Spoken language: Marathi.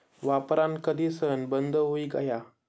वापरान कधीसन बंद हुई गया